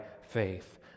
faith